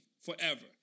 forever